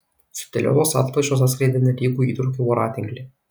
sudėliotos atplaišos atskleidė nelygų įtrūkių voratinklį